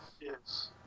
yes